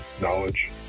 Knowledge